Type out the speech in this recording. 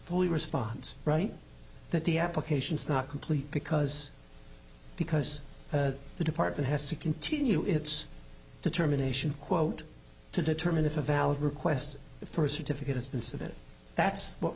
fully response right that the application is not complete because because the department has to continue its determination quote to determine if a valid request for a certificate is incident that's what